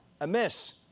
amiss